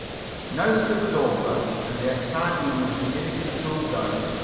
now that it was over, and the excitement was beginning to cool down,